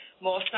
more